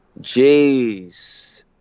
jeez